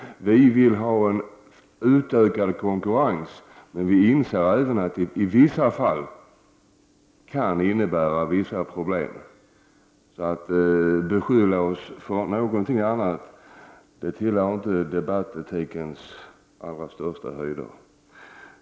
Vi vill ha utökad konkurrens, men vi inser även att det i vissa fall kan innebära en del problem. Att beskylla oss för någonting annat tillhör inte debattetikens allra största höjder.